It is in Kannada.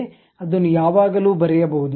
ಅದನ್ನು ಯಾವಾಗಲೂ ಬರೆಯಬಹುದು